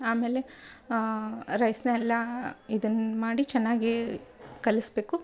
ಆಮೇಲೆ ರೈಸನ್ನೆಲ್ಲಾ ಇದನ್ನು ಮಾಡಿ ಚೆನ್ನಾಗೇ ಕಲಸ್ಬೇಕು